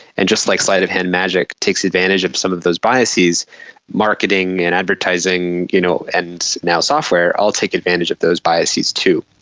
and, just like sleight of hand magic, takes advantage of some of those biases, and marketing and advertising you know and now software all take advantage of those biases too.